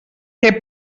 què